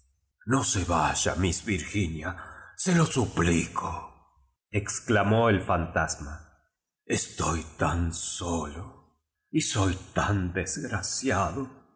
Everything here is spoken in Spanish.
no se vaya mías virginia se lo supli co exclamó d fantasma estoy tan solo y soy tan desgraciado